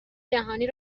جهانی